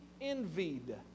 envied